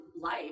life